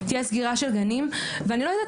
עיריית